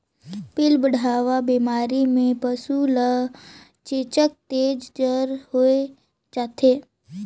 पिलबढ़वा बेमारी में पसु ल ढेरेच तेज जर होय जाथे